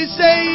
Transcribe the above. say